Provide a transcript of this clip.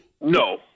No